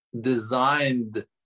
designed